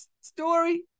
story